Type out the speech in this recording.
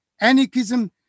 Anarchism